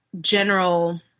general